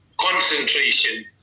concentration